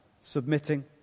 submitting